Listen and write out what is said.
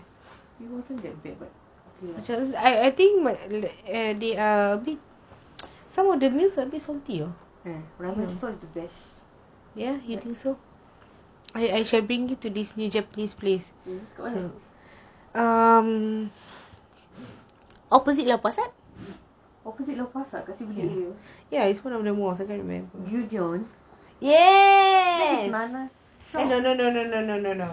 it wasn't that bad but okay lah yes ramen spot is the best like kat mana opposite lau pa sat kasih C_B_D area gyudon